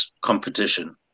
competition